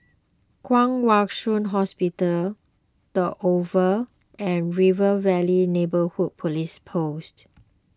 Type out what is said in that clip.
Kwong Wai Shiu Hospital the Oval and River Valley Neighbourhood Police Post